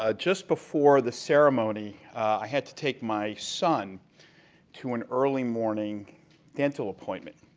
ah just before the ceremony. i had to take my son to an early morning dental appointment,